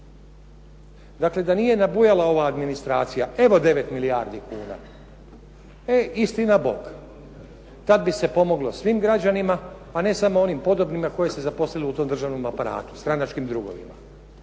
Dakle, da nije nabujala ova administracija, evo 9 milijardi kuna. E istina bog, tad bi se pomoglo svim građanima, a ne samo onim podobnima koje ste zaposlili u tom državnom aparatu, stranačkim drugovima.